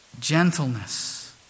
Gentleness